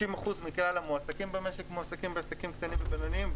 60% מכלל המועסקים במשק מועסקים בעסקים קטנים ובינוניים,